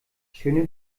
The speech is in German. schöne